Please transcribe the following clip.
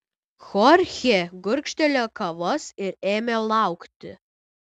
chorchė gurkštelėjo kavos ir ėmė laukti